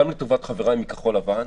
גם לטובת חבריי מכחול-לבן,